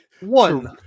one